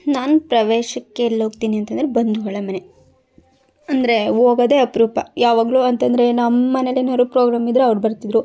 ನಾನು ಪ್ರವೇಶಕ್ಕೆಲ್ಲ ಹೋಗ್ತೀನಂಥೇಳಿದ್ರೆ ಬಂಧುಗಳ ಮನೆ ಅಂದರೆ ಹೋಗೋದೆ ಅಪರೂಪ ಯಾವಾಗಲೂ ಅಂತ ಅಂದ್ರೆ ನಮ್ಮನೆಯಲ್ಲಿ ಏನಾದ್ರೂ ಪ್ರೋಗ್ರಾಮ್ ಇದ್ದರೆ ಅವರು ಬರ್ತಿದ್ದರು